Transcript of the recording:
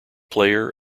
player